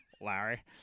Larry